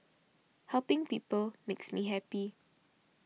helping people makes me happy